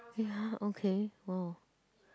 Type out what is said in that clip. ya okay !wow!